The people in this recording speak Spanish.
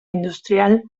industrial